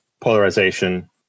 polarization